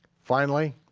finally,